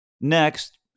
Next